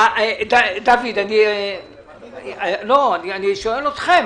דוד, אני שואל אתכם.